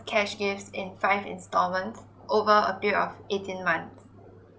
cash gifts in five instalments over a period of eighteen months